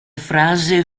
frase